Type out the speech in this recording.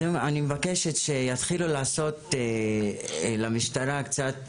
אני מבקשת שיתחילו לעשות למשטרה קצת